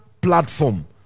platform